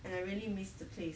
and I really missed the place